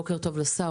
בוקר טוב לשר,